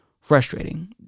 frustrating